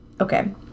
Okay